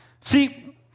See